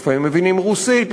לפעמים מבינים רוסית,